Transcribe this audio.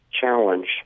challenge